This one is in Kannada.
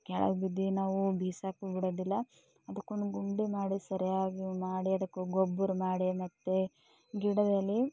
ಕೆಳಗೆ ಬಿದ್ದಿದ್ದು ನಾವು ಬಿಸಾಕಿ ಬಿಡೋದಿಲ್ಲ ಅದಕ್ಕೊಂದು ಗುಂಡಿ ಮಾಡಿ ಸರಿಯಾಗಿ ಮಾಡಿ ಅದಕ್ಕೂ ಗೊಬ್ಬರ ಮಾಡಿ ಮತ್ತೆ ಗಿಡದಲ್ಲಿ